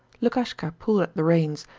lukaskha pulled at the reins,